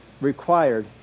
required